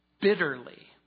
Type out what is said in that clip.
bitterly